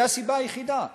זו הסיבה היחידה,